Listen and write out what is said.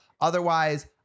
Otherwise